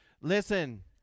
Listen